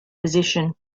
position